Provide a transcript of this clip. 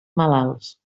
malalts